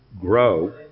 grow